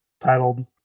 titled